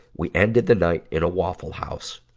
we ended the night in a waffle house.